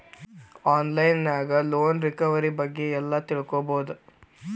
on line ನ್ಯಾಗ loan recovery ಬಗ್ಗೆ ಎಲ್ಲಾ ತಿಳ್ಕೊಬೊದು